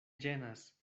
ĝenas